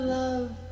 love